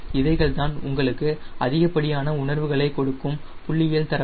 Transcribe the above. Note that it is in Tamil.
இவைகள்தான் உங்களுக்கு அதிகப்படியான உணர்வுகளைக் கொடுக்கும் புள்ளியியல் தரவுகள்